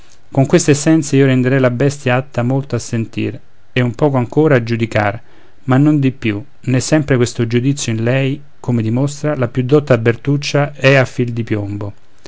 con questa essenza io renderei la bestia atta molto a sentir e un poco ancora a giudicar ma non di più né sempre questo giudizio in lei come dimostra la più dotta bertuccia è a fil di piombo